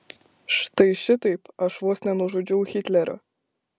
štai šitaip aš vos nenužudžiau hitlerio